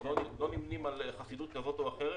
אנחנו לא נמנים עם חסידות כזאת או אחרת.